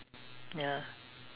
ya